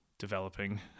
Developing